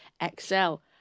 Excel